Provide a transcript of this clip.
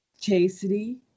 chastity